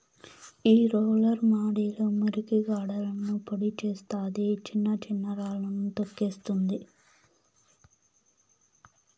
ఈ రోలర్ మడిలో మురికి గడ్డలను పొడి చేస్తాది, చిన్న చిన్న రాళ్ళను తోక్కేస్తుంది